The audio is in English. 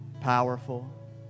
powerful